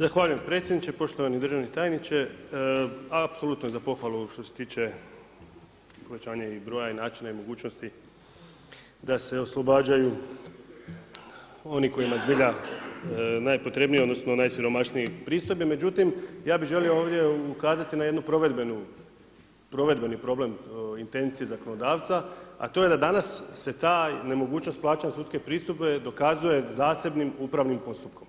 Zahvaljujem predsjedniče, poštovani državni tajniče, apsolutno je za pohvalu što se tiče povećanja i broja i načina i mogućnosti da se oslobađaju oni kojima je zbilja najpotrebnije, odnosno najsiromašniji ... Međutim, ja bih želio ovdje ukazati na jednu provedbenu, provedbeni problem intencije zakonodavca a to je da danas se ta nemogućnost plaćanja sudske pristojbe dokazuje zasebnim upravnim postupkom